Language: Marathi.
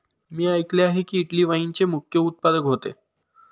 मी ऐकले आहे की, इटली वाईनचे मुख्य उत्पादक होते